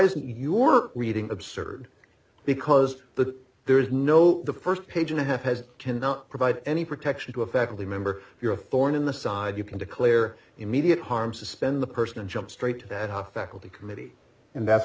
isn't your reading absurd because the there is no the first page and a half has to not provide any protection to a faculty member if you're a thorn in the side you can declare immediate harm suspend the person and jump straight to that hot faculty committee and that's